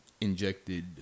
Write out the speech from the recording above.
injected